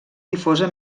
difosa